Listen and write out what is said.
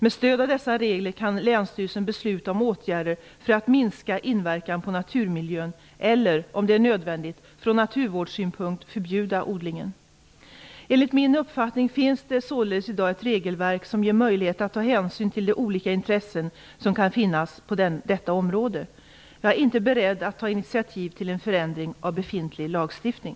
Med stöd av dessa regler kan länsstyrelsen besluta om åtgärder för att minska inverkan på naturmiljön eller, om det är nödvändigt från naturvårdssynpunkt, förbjuda odlingen. Enligt min uppfattning finns det således i dag ett regelverk som ger möjligheter att ta hänsyn till de olika intressen som kan finnas på detta område. Jag är inte beredd att ta initiativ till en förändring av befintlig lagstiftning.